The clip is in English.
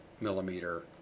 millimeter